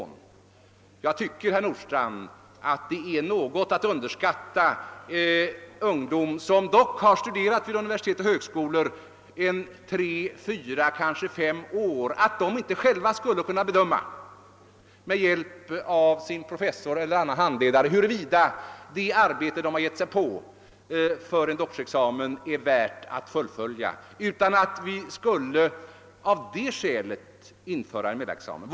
Det är, herr Nordstrandh, att något underskatta ungdomar, som dock har studerat vid universitet och högskolor i tre, fyra eller kanske fem år, om man tror att de inte själva med hjälp av sin professor eller annan handledare skulle kunna bedöma huruvida det arbete de har gett sig på för en doktorsexamen är värt att fullfölja och att vi av det skälet skulle införa en mellanexamen.